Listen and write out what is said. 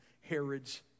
Herod's